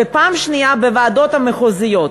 ופעם שנייה בוועדות המחוזיות.